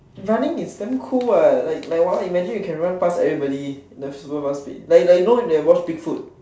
running is damn cool what like like imagine you can run pass everybody like the super fast speed like like you know there was big foot